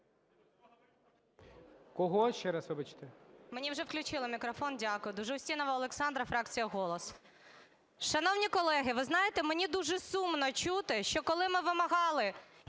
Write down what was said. Кого, ще раз, вибачте?